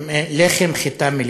ללחם מחיטה מלאה.